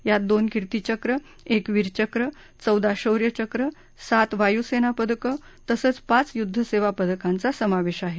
यात दोन किर्तीचक्र एक वीरचक्र चौदा शौर्यचक्र सात वायू सेना पदकं तसंच पाच युद्ध सेवा पदकांचा समावेश आहे